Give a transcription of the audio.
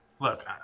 Look